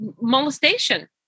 molestation